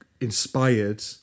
inspired